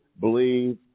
believe